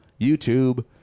YouTube